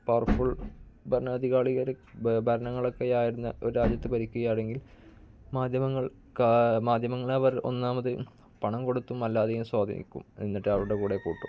powerful ഭരണങ്ങളൊക്കെ ആയിരുന്ന ഒരു രാജ്യത്ത് ഭരിക്കുകയാണെങ്കില് മാധ്യമങ്ങള് മാധ്യമങ്ങളെ അവര് ഒന്നാമത് പണം കൊടുത്തും അല്ലാതെയും സ്വാധീനിക്കും എന്നിട്ട് അവരുടെ കൂടെ കൂട്ടും